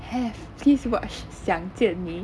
have please watch 想见你